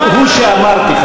הוא שאמרתי,